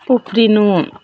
उफ्रिनु